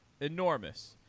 enormous